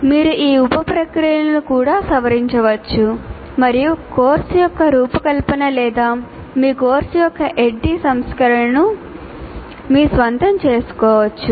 మీరు ఈ ఉప ప్రక్రియలను కూడా సవరించవచ్చు మరియు కోర్సు యొక్క రూపకల్పన లేదా మీ కోర్సు యొక్క ADDIE సంస్కరణను మీ స్వంతం చేసుకోవచ్చు